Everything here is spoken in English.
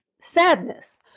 sadness